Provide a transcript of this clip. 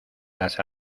las